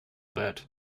bet